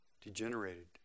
degenerated